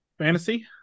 Fantasy